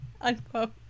unquote